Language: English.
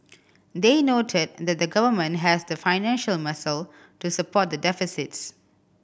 they noted that the Government has the financial muscle to support the deficits